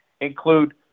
include